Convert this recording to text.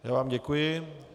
Já vám děkuji.